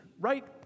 right